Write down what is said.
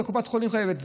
וקופת חולים חייבת.